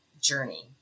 journey